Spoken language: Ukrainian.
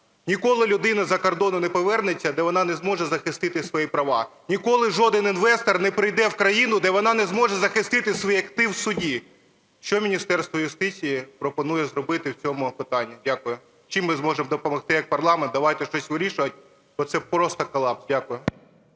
Ніколи людина з-за кордону не повернеться, де вона не зможе захистити свої права. Ніколи жоден інвестор не прийде в країну, де вона не зможе захистити свій актив в суді. Що Міністерство юстиції пропонує зробити в цьому питанні? Дякую. Чим ми зможемо допомогти як парламент, давайте щось вирішувати, бо це просто колапс. Дякую.